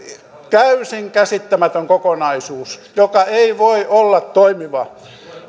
täysin käsittämätön kokonaisuus joka ei voi olla toimiva